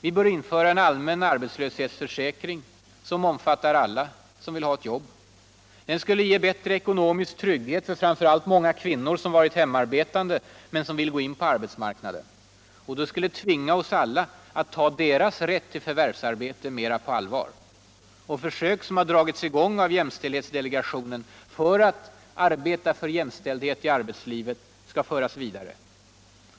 Vi bör införa on allmän arbetslöshetsförsäkring, som omfattar alla som vill ha ett jobb. Den skulle ge bättre ekonomisk trygghet åt framför allt mäånga kvinnor som varit hemarbetande men som vill gå in på arbetsmarknaden. Och den skulle tvinga oss alla att ta deras rätt till förvärvsarbete mer på ullvar. Försök som dragits i gång av jämstäilldhetsdelegationen för att skapa jämställdhet i arbetslivet skall fullföljas.